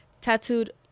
tattooed